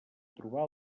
trobar